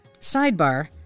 Sidebar